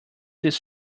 this